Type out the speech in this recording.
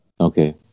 Okay